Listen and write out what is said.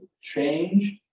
changed